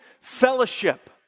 fellowship